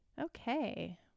okay